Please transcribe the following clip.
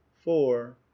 four